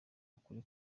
ukuri